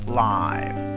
live